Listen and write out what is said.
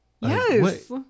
Yes